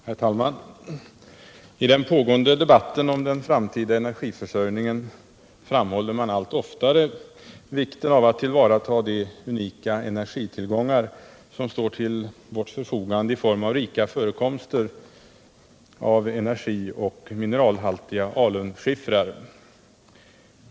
Herr talman! I den pågående debatten om den framtida energiförsörjningen framhåller man allt oftare vikten av att tillvarata de unika energitillgångar som står till vårt förfogande i form av rika förekomster av energioch mineralhaltiga alunskiffrar.